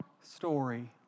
story